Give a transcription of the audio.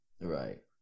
Right